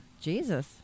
Jesus